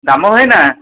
ଦାମ ଭାଇନା